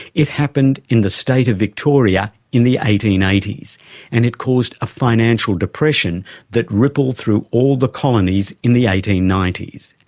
it happened in the state of victoria in the eighteen eighty s and it caused a financial depression that rippled through all the colonies in the eighteen ninety s.